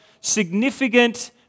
significant